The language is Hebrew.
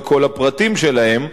בכל הפרטים שלהם,